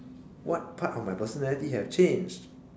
what part of my personality have changed